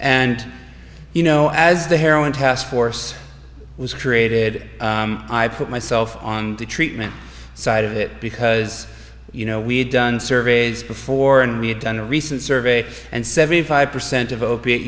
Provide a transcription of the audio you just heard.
and you know as the heroin task force was created i put myself on the treatment side of it because you know we had done surveys before and we had done a recent survey and seventy five percent of opiate